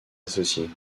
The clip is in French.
associés